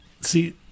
See